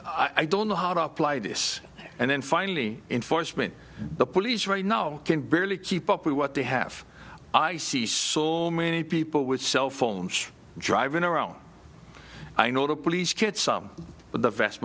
i don't know how to apply this and then finally enforcement the police right now can barely keep up with what they have i see saw many people with cell phones driving around i know the police kids some but the vast